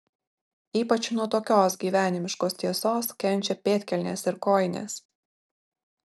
ypač nuo tokios gyvenimiškos tiesos kenčia pėdkelnės ir kojinės